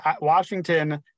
Washington